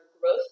growth